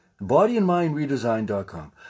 Bodyandmindredesign.com